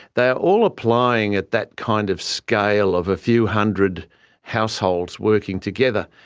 they are all applying at that kind of scale of a few hundred households working together.